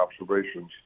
observations